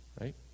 right